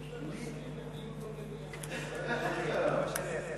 איפה חבר הכנסת